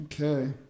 Okay